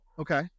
Okay